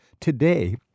Today